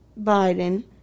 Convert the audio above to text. Biden